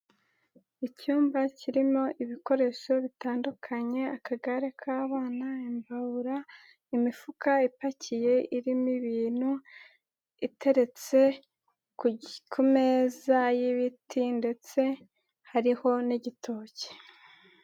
Icyumba kirimo ibikoresho bitandukanye akagare k'abana, imbabura, imifuka ipakiye irimo ibintu iteretse ku meza y'ibiti ndetse hariho n'igitoki.